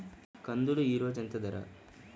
కందులు ఈరోజు ఎంత ధర?